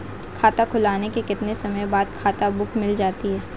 खाता खुलने के कितने समय बाद खाता बुक मिल जाती है?